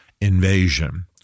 invasion